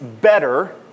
better